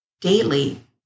daily